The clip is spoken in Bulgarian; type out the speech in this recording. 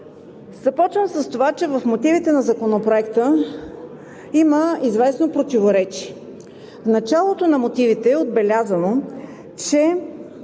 Започвам с това, че в мотивите на Законопроекта има известно противоречие. В началото на мотивите е отбелязано, че